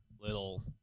little